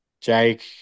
Jake